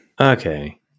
Okay